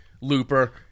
Looper